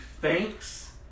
thanks